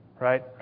Right